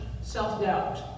self-doubt